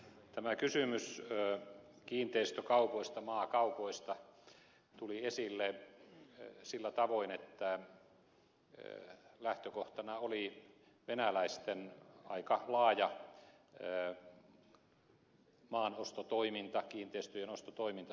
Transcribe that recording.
tämä kysymys kiinteistökaupoista maakaupoista tuli esille sillä tavoin että lähtökohtana oli venäläisten aika laaja maanostotoiminta kiinteistöjen ostotoiminta suomessa